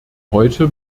heute